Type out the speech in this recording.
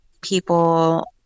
People